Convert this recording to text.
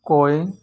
गय